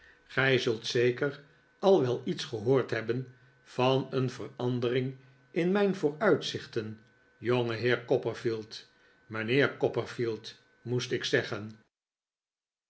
gij zult zeker al wel iets gehoord hebben van een verandering in mijn vooruitzichten jongeheer copperfield mijnheer copperfield moest ik zeggen